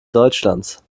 deutschlands